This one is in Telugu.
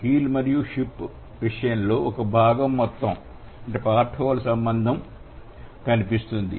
కీల్ మరియు షిప్ విషయంలో ఒక భాగం మొత్తం సంబంధం కనిపిస్తుంది